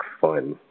fun